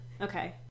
Okay